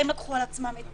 הם לקחו על עצמם את